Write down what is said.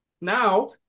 Now